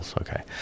Okay